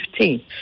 2015